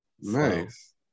nice